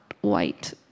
white